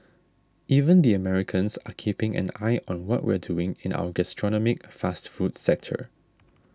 even the Americans are keeping an eye on what we're doing in our gastronomic fast food sector